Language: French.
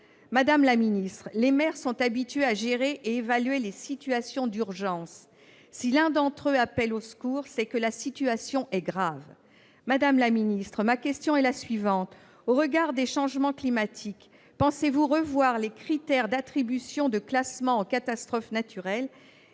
Madame la ministre, les maires sont habitués à gérer et à évaluer les situations d'urgence. Si l'un d'entre eux appelle au secours, c'est que la situation est grave ! Ma question est la suivante : au regard des changements climatiques, pensez-vous revoir les critères de classement en zone de catastrophe naturelle